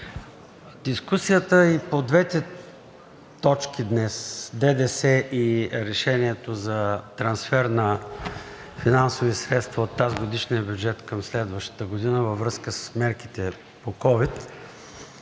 Дискусията и по двете точки днес – ДДС и решението за трансфер на финансови средства от тазгодишния бюджет към следващата година във връзка с мерките за COVID-19,